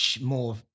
more